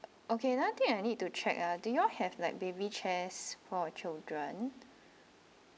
okay another thing I need to check ah do you all have like baby chairs for children